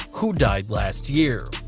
who died last year.